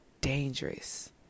dangerous